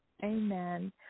Amen